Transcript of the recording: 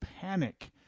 panic